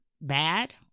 bad